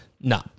No